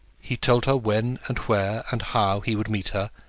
he told her when and where and how he would meet her,